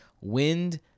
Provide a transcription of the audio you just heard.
Wind